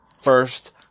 First